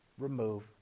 Remove